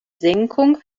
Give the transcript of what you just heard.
senkung